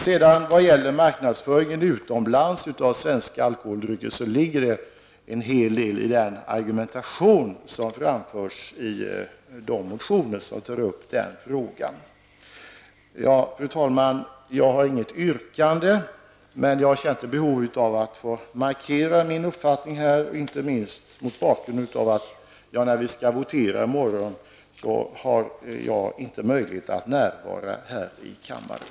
När det gäller marknadsföringen utomlands av svenska alkoholdrycker ligger det en hel del i den argumentation som har framförts i de motioner som tar upp denna fråga. Fru talman! Jag har inget yrkande, men jag kände ett behov av att få markera min uppfattning, inte minst mot bakgrund av att jag när det i morgon blir dags för votering inte har möjlighet att närvara här i kammaren.